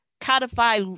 codify